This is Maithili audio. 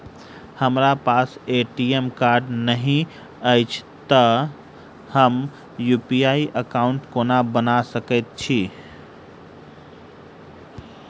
हमरा पास ए.टी.एम कार्ड नहि अछि तए हम यु.पी.आई एकॉउन्ट कोना बना सकैत छी